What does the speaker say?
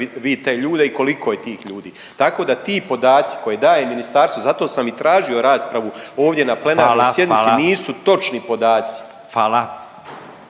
vi te ljude i koliko je tih ljudi. Tako da ti podaci koje daje ministarstvo, zato sam i tražio raspravu ovdje na plenarnoj sjednici …/Upadica Furio Radin: Hvala,